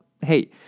hey